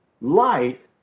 light